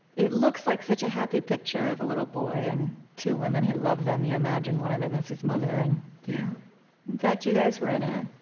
it looks like such a happy picture of a little boy and two women who love them you imagine one of them is his mother. and in fact, you guys were in a